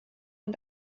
und